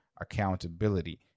accountability